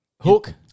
Hook